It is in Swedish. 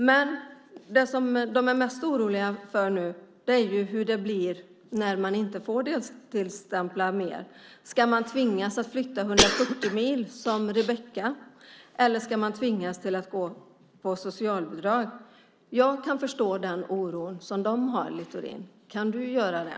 Men det som de är mest oroliga för är hur det blir när man inte längre får deltidsstämpla. Ska man tvingas att flytta 140 mil, som Rebecka? Eller ska man tvingas att gå på socialbidrag? Jag kan förstå den oro som de har, Littorin. Kan du göra det?